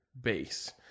base